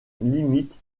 limite